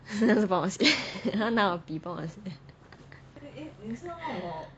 他帮我写他拿我的笔帮我写